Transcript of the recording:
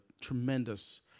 tremendous